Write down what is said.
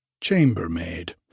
chambermaid